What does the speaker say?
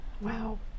Wow